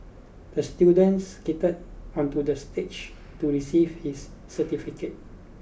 the student skated onto the stage to receive his certificate